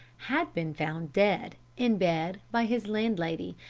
had been found dead, in bed, by his landlady,